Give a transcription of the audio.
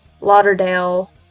lauderdale